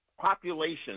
population